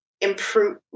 improve